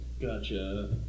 Gotcha